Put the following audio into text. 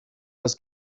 was